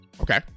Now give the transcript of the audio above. Okay